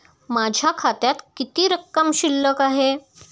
माझ्या खात्यात किती रक्कम शिल्लक आहे?